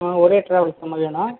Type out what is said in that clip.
ஆ ஒரே ட்ராவல்ஸ் மாதிரியம்மா